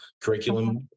curriculum